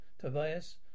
Tobias